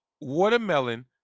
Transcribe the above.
watermelon